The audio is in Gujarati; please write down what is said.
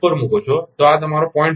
4 મૂકો તો આ તમારો 0